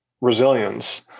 resilience